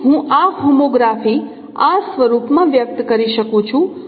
તેથી હું આ હોમોગ્રાફી આ સ્વરૂપમાં વ્યક્ત કરી શકું છું